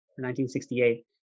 1968